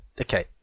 Okay